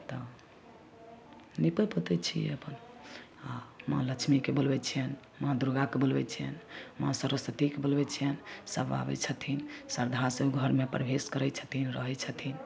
तऽ निपै पोतै छिए अपन आओर माँ लक्ष्मीके बोलबै छिअनि माँ दुर्गाके बोलबै छिअनि माँ सरस्वतीके बोलबै छिअनि सभ आबै छथिन श्रद्धासँ ओहि घरमे प्रवेश करै छथिन रहै छथिन